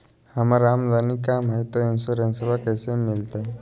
हमर आमदनी कम हय, तो इंसोरेंसबा कैसे मिलते?